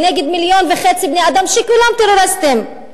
ונגד 1.5 מיליון בני-אדם שכולם טרוריסטים.